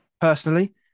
personally